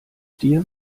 dir